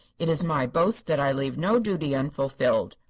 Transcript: it is my boast that i leave no duty unfulfilled.